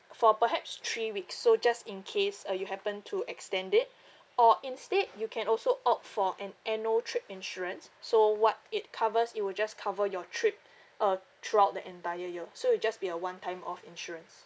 for perhaps three weeks so just in case uh you happen to extend it or instead you can also opt for an annual trip insurance so what it covers it will just cover your trip uh throughout the entire year so will just be a one time off insurance